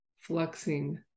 flexing